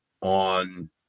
on